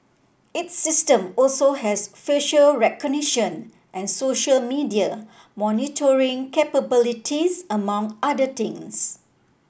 its system also has facial recognition and social media monitoring capabilities among other things